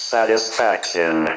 Satisfaction